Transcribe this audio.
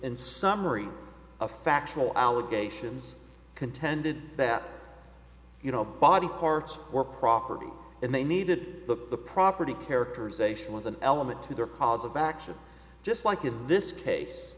and summary a factual allegations contended that you know body parts were property and they needed the property characterization was an element to their cause of action just like in this case